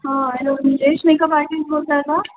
हां hello Nilesh makeup artist बोलत आहे का